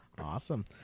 Awesome